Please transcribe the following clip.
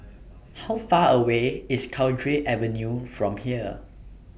How Far away IS Cowdray Avenue from here